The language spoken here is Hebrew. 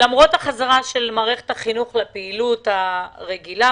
למרות החזרה של מערכת החינוך לפעילות הרגילה,